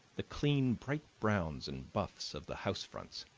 the clean, bright browns and buffs of the housefronts.